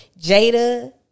Jada